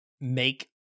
make